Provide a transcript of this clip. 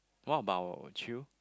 what about you